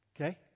Okay